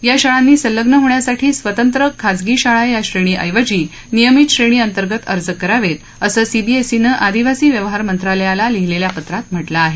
या शाळांनी संलग्न होण्यासाठी स्वतंत्र खाजगी शाळा या श्रेणीऐवजी नियमित श्रेणी अंतर्गत अर्ज करावेत असं सीबीएसईन आदिवासी व्यवहार मंत्रालयाला लिहिलेल्या पत्रात म्हटलं आहे